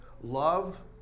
Love